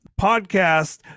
podcast